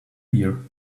here